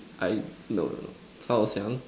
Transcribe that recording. I no no no I was young